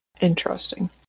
Interesting